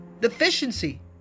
deficiency